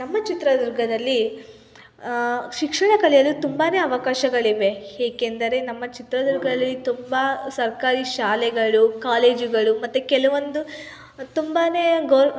ನಮ್ಮ ಚಿತ್ರದುರ್ಗದಲ್ಲಿ ಶಿಕ್ಷಣ ಕಲಿಯಲು ತುಂಬಾ ಅವಕಾಶಗಳಿವೆ ಏಕೆಂದರೆ ನಮ್ಮ ಚಿತ್ರದುರ್ಗದಲ್ಲಿ ತುಂಬ ಸರ್ಕಾರಿ ಶಾಲೆಗಳು ಕಾಲೇಜುಗಳು ಮತ್ತು ಕೆಲವೊಂದು ತುಂಬಾ ಗೋವ್